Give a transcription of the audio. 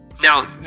Now